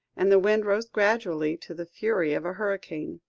and the wind rose gradually to the fury of a hurricane.